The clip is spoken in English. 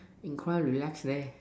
in quite relax leh